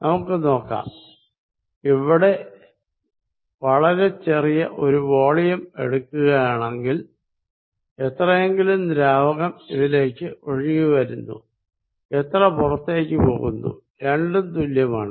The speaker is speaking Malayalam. നമുക്ക് നോക്കാം ഞാൻ ഇവിടെ വളരെച്ചെറിയ ഒരു വോളിയം എടുക്കുകയാണെങ്കിൽ എത്രയെങ്കിലും ദ്രാവകം ഇതിലേക്ക് ഒഴുകി വരുന്നു എത്ര പുറത്തേക്ക് പോകുന്നു രണ്ടും തുല്യമാണ്